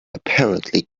apparently